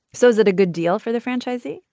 so is it a good deal for the franchisee?